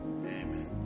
Amen